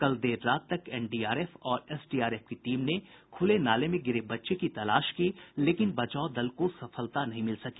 कल देर रात तक एनडीआरएफ और एसडीआरएफ की टीम ने खुले नाले में गिरे बच्चे की तलाश की लेकिन बचाव दल को सफलता नहीं मिल सकी